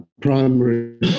primary